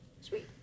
Sweet